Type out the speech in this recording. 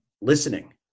listening